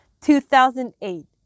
2008